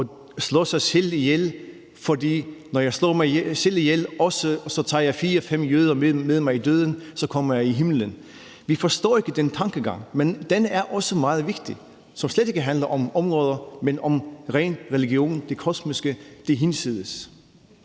og slå sig selv ihjel, for når de slår sig selv ihjel, tager de også fire-fem jøder med sig i døden, og så kommer de i himlen. Vi forstår ikke den tankegang, men den er også meget vigtig, som slet ikke handler om områder, men om ren religion, det kosmiske, det hinsides.